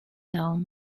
down